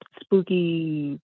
spooky